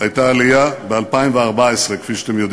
הייתה עלייה ב-2014, כפי שאתם יודעים.